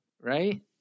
right